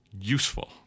Useful